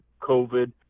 COVID